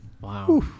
Wow